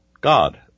god